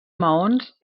maons